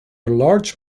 large